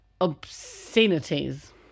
obscenities